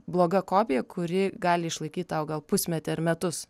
bloga kopija kuri gali išlaikyt tau gal pusmetį ar metus